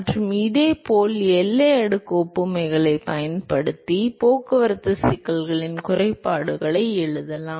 மற்றும் இதேபோல் எல்லை அடுக்கு ஒப்புமைகளைப் பயன்படுத்தி போக்குவரத்து சிக்கல்களின் குறைபாடுகளை எழுதலாம்